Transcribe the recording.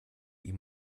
wie